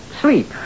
sleep